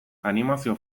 animazio